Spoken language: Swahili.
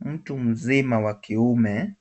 Mtu mzima wa kiume